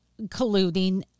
colluding